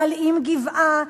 להלאים גבעה,